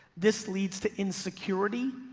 this leads to insecurity,